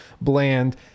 bland